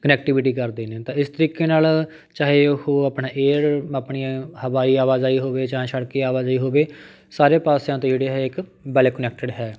connectivity ਕਰਦੇ ਨੇ ਤਾਂ ਇਸ ਤਰੀਕੇ ਨਾਲ਼ ਚਾਹੇ ਉਹ ਆਪਣਾ ਏਅਰ ਆਪਣੀ ਹਵਾਈ ਆਵਾਜਾਈ ਹੋਵੇ ਜਾਂ ਸੜਕੀ ਆਵਾਜਾਈ ਹੋਵੇ ਸਾਰੇ ਪਾਸਿਆਂ ਤੋਂ ਜਿਹੜੇ ਹੈ ਇਹ ਇੱਕ ਵੈੱਲ ਕੁਨੈਕਟਿਡ ਹੈ